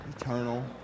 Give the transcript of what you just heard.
eternal